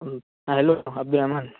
hello Abdul Rahman